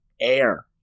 air